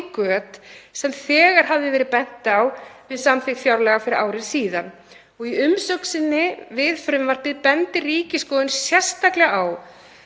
göt sem þegar hafði verið bent á við samþykkt fjárlaga fyrir ári síðan. Í umsögn sinni við frumvarpið bendir Ríkisendurskoðun sérstaklega á